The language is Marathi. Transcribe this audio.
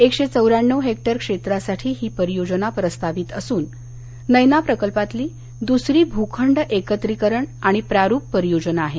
एकशे चौ याण्णव हेक्टर क्षेत्रासाठी ही परियोजना प्रस्तावित असून नैना प्रकल्पातली दुसरी भूखंड एकत्रीकरण आणि प्रारूप परियोजना आहे